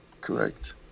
correct